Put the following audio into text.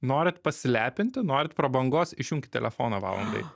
norit pasilepinti norit prabangos išjunkit telefoną valandai